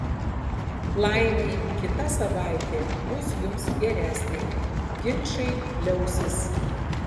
laimei kita savaitė bus jums geresnė ginčai liausis